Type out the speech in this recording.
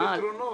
רוצים פתרונות.